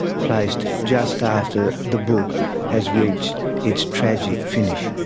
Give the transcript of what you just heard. placed just after the book has reached its tragic finish.